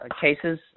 cases